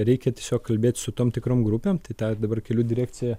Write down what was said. reikia tiesiog kalbėt su tom tikrom grupėm tai tą ir dabar kelių direkcija